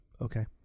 Okay